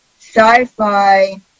Sci-Fi